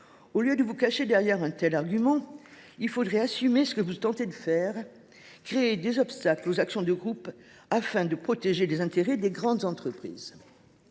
que de vous cacher derrière un tel argument, mes chers collègues, assumez ce que vous tentez de faire : créer des obstacles aux actions de groupe afin de protéger les intérêts des grandes entreprises